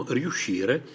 riuscire